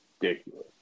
ridiculous